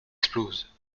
explose